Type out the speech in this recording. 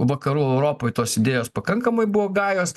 vakarų europoj tos idėjos pakankamai buvo gajos